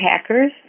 hackers